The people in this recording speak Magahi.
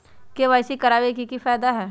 के.वाई.सी करवाबे के कि फायदा है?